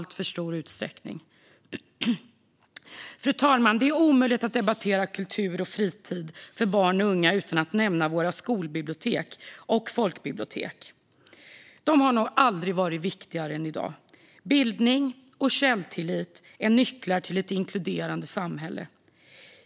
Fru talman! Det är omöjligt att debattera kultur och fritid för barn och unga utan att nämna skolbibliotek och folkbibliotek. De har nog aldrig varit viktigare än i dag. Bildning och källtillit är nycklar till ett inkluderande samhälle.